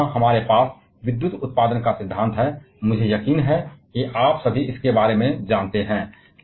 अब यहाँ हमारे पास विद्युत उत्पादन का सिद्धांत है जिस पर मुझे यकीन है कि आप सभी इसके बारे में जानते हैं